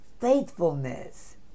faithfulness